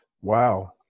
Wow